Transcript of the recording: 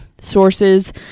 sources